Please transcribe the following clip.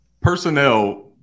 Personnel